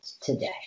today